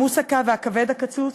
המוסקה והכבד-קצוץ,